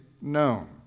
known